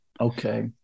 Okay